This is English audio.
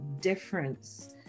difference